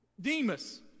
Demas